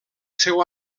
seu